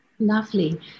lovely